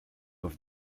have